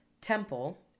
temple